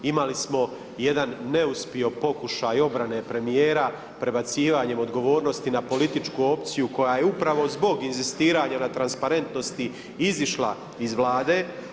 Imali smo jedan neuspio pokušaj obrane premijera, prebacivanjem odgovornosti na političku opciju koja je upravo zbog inzistiranja na transparentnosti izišla iz Vlade.